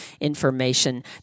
information